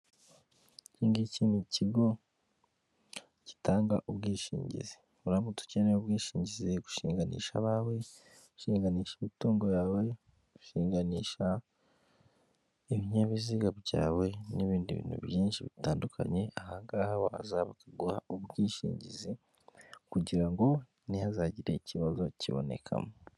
Iki ngicyi ni ikigo gitanga ubwishingizi uramutse ukeneye ubwishingizi ushinganisha abawe, ushinganisha imitungo yawe, ushinganisha ibinyabiziga byawe n'ibindi bintu byinshi bitandukanye aha ngaha waza bakaguha ubwishingizi kugira ngo ntihazagire ikibazo kibonekamo.